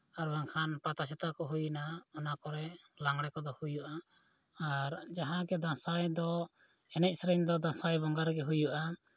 ᱟᱨ ᱵᱟᱝᱠᱷᱟᱱ ᱯᱟᱛᱟ ᱪᱷᱟᱛᱟ ᱠᱚ ᱦᱩᱭᱱᱟ ᱚᱱᱟ ᱠᱚᱨᱮ ᱞᱟᱜᱽᱬᱮ ᱠᱚᱫᱚ ᱦᱩᱭᱩᱜᱼᱟ ᱟᱨ ᱡᱟᱦᱟᱸᱜᱮ ᱫᱟᱸᱥᱟᱭ ᱫᱚ ᱮᱱᱮᱡ ᱥᱮᱨᱮᱧ ᱫᱚ ᱫᱟᱸᱥᱟᱭ ᱵᱚᱸᱜᱟ ᱨᱮᱜᱮ ᱦᱩᱭᱩᱜᱼᱟ